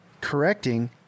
correcting